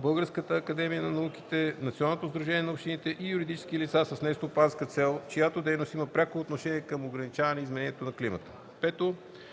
Българската академия на науките, Националното сдружение на общините и юридически лица с нестопанска цел, чиято дейност има пряко отношение към ограничаване изменението на климата.